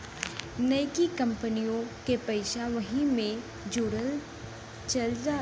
नइकी कंपनिओ के पइसा वही मे जोड़ल चल जात